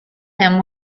him